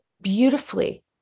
beautifully